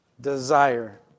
desire